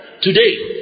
today